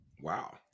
Wow